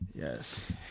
Yes